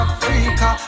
Africa